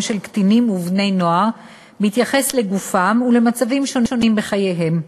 של קטינים ובני-נוער בהתייחס לגופם ולמצבים שונים בחייהם.